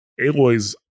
Aloy's